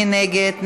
מי נגד?